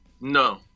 no